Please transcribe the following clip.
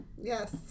Yes